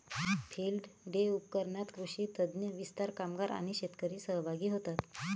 field day उपक्रमात कृषी तज्ञ, विस्तार कामगार आणि शेतकरी सहभागी होतात